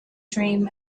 dream